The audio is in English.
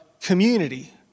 community